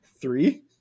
three